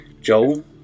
Joel